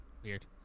weird